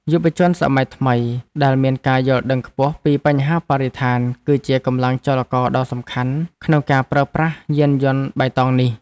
យុវជនសម័យថ្មីដែលមានការយល់ដឹងខ្ពស់ពីបញ្ហាបរិស្ថានគឺជាកម្លាំងចលករដ៏សំខាន់ក្នុងការប្រើប្រាស់យានយន្តបៃតងនេះ។